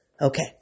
Okay